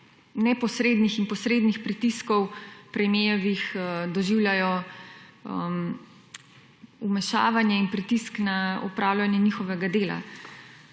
neposrednih in posrednih pritiskov, premierjevih, doživljajo vmešavanje in pritisk na opravljanje njihovega dela.